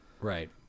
Right